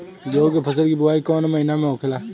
गेहूँ के फसल की बुवाई कौन हैं महीना में होखेला?